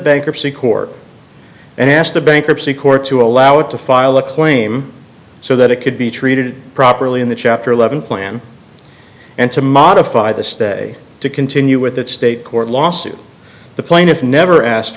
bankruptcy court and asked the bankruptcy court to allow it to file a claim so that it could be treated properly in the chapter eleven plan and to modify the stay to continue with the state court lawsuit the plaintiff never asked